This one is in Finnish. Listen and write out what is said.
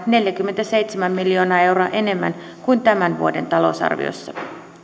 neljäkymmentäseitsemän miljoonaa euroa enemmän kuin tämän vuoden talousarviossa